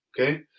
okay